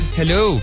hello